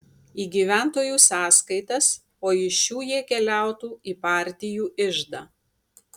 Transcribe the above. į gyventojų sąskaitas o iš šių jie keliautų į partijų iždą